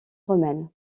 romaine